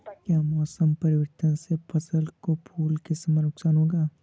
क्या मौसम परिवर्तन से फसल को फूल के समय नुकसान होगा?